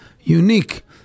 unique